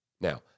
Now